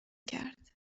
کرد